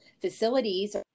Facilities